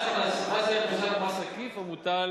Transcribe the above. מס ערך מוסף הוא מס עקיף המוטל